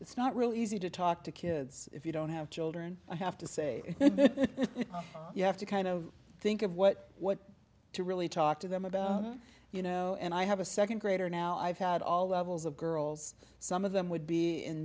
it's not really easy to talk to kids if you don't have children i have to say you have to kind of think of what what to really talk to them about you know and i have a second grader now i've had all levels of girls some of them would be in